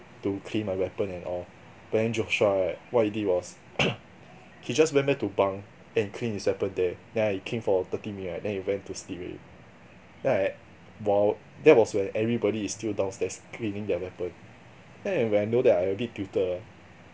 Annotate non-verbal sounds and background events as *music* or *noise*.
to clean my weapon and all but then Joshua right what he did was *coughs* he just went back to bunk and clean his weapon there and he clean for thirty minute right then he went to sleep already then I while that was when everybody is still downstairs cleaning their weapon then when I know that I'll be a bit tilted ah